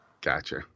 Gotcha